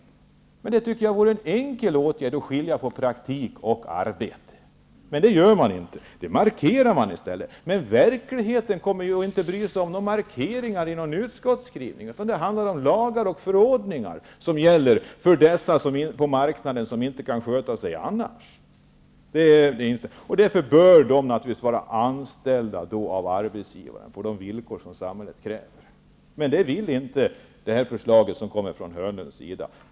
Det vore en enkel åtgärd att skilja på praktik och arbete. Men det gör man inte. I stället görs en markering i utskottsbetänkandet. Men inte är det någon i verkligheten som kommer att bry sig om markeringar i utskottsskrivningen. Det måste till lagar och förordningar för dem på marknaden som inte kan sköta sig annars. Därför bör dessa personer vara anställda av arbetsgivaren på de villkor som samhället kräver. Men det vill man inte i och med det förslag som kommer från Börje Hörnlund.